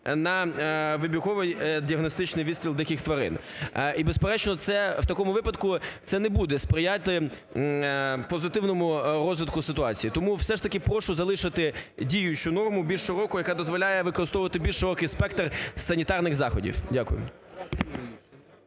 на вибірковий діагностичний відстріл диких тварин. І, безперечно, це... В такому випадку це не буде сприяти позитивному розвитку ситуації. Тому все ж таки прошу залишити діючу норму більш широку, яка дозволяє використовувати більш широкий спектр санітарних заходів. Дякую.